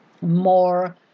more